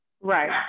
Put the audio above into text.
Right